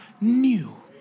new